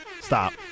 Stop